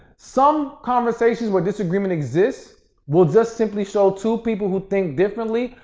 some conversations where disagreement exist will just simply show two people who think differently,